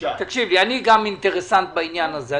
אני גם אינטרסנט בעניין הזה.